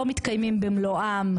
לא מתקיימים במלואם,